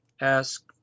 ask